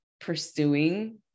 pursuing